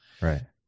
right